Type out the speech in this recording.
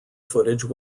footage